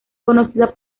conocida